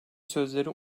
sözleri